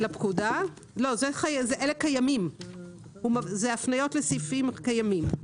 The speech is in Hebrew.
אלה קיימים, אלה הפניות לסעיפים קיימים.